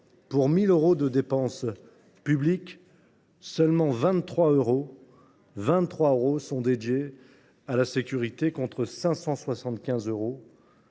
sur 1 000 euros de dépense publique, seulement 23 euros sont dédiés à la sécurité, contre 575 euros